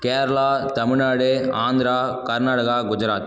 Kerala Tamil Nadu Andhra Karnataka Gujarat